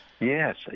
Yes